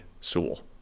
Sewell